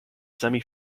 semi